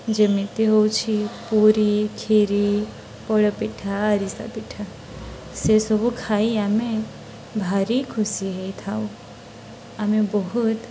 ଯେମିତି ହଉଛି ପୁରୀ କ୍ଷିରୀ ପୋଡ଼ପିଠା ଆରିସା ପିଠା ସେସବୁ ଖାଇ ଆମେ ଭାରି ଖୁସି ହେଇଥାଉ ଆମେ ବହୁତ